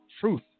truth